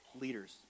leaders